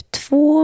två